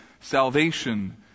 salvation